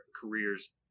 careers